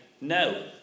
no